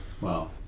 Wow